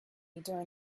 during